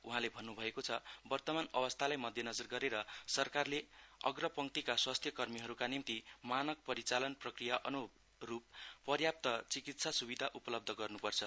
उहाँले भन्न् भएको छ वर्तमान अवस्थालाई मध्यनजर गरेर सरकारले अग्रपङ्तिका स्वास्थ्य कर्मीहरूका निम्ति मानक परिचालन प्रक्रिया अनुरूप पर्याप्त चिकित्सा सुविधा उपलब्ध गर्नुपर्छ